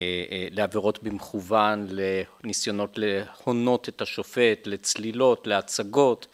לעבירות במכוון לניסיונות להונות את השופט לצלילות להצגות